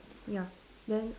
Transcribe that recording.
ya then